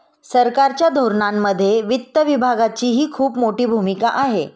सरकारच्या धोरणांमध्ये वित्त विभागाचीही खूप मोठी भूमिका आहे